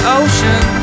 ocean